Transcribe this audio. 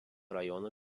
rajono